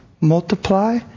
multiply